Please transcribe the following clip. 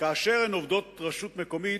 כאשר הן עובדות של רשות מקומית,